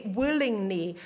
willingly